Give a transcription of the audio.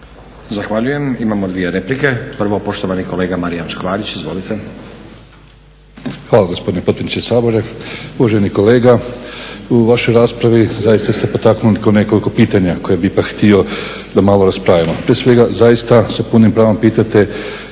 Zahvaljujem. Imamo dvije replike. Prvo poštovani kolega Marijan Škvarić, izvolite.